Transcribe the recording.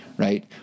Right